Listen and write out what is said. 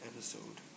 episode